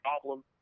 problem